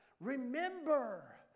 remember